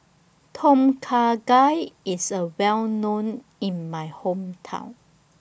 Tom Kha Gai IS Well known in My Hometown